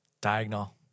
Diagonal